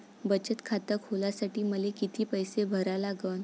बचत खात खोलासाठी मले किती पैसे भरा लागन?